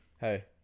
Hey